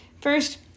First